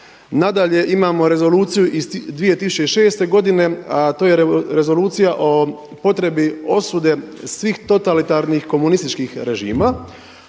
nadalje imamo rezoluciju iz 2006. godine, a to je Rezolucija o potrebi osude svih totalitarnih komunističkih režima.